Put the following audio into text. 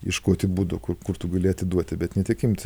ieškoti būdų kur kur tobulėti duoti bet ne tik imti